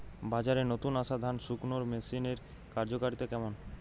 বাজারে নতুন আসা ধান শুকনোর মেশিনের কার্যকারিতা কেমন?